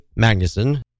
Magnuson